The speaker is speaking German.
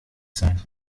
sein